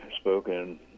spoken